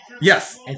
Yes